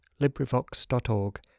LibriVox.org